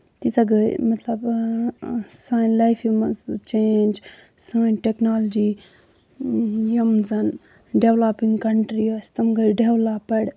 تیٖژہ گٔے مطلب سانہِ لایفہِ منٛز چینج سٲنۍ ٹیٚکنالجی یِم زَن ڈیٚولَپِنگ کَنٹریہِ أسۍ تِم گٔے ڈیٚولَپٕڈ